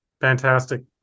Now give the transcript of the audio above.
Fantastic